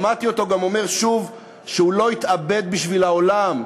שמעתי אותו גם אומר שוב שהוא לא יתאבד בשביל העולם,